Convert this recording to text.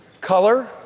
Color